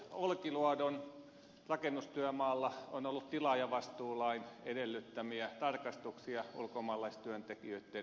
olkiluodon rakennustyömaalla on ollut tilaajavastuulain edellyttämiä tarkastuksia ulkomaalaistyöntekijöitten keskuudessa